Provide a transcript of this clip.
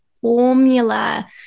formula